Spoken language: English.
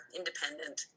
independent